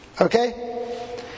okay